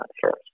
first